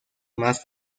más